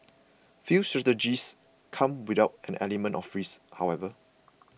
few strategies come without an element of risk however